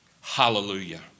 Hallelujah